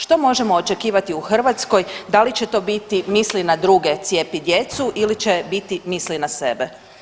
Što možemo očekivati u Hrvatskoj da li će to biti „Misli na druge, cijepi djecu!“ ili će biti „Misli na sebe“